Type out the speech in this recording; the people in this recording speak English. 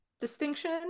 distinction